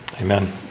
Amen